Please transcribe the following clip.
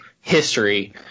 history